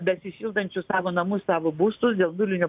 besišildančių savo namus savo būstus dėl nulinio